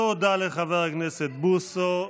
תודה לחבר הכנסת בוסו.